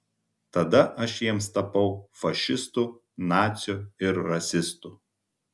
tada aš jiems tapau fašistu naciu ir rasistu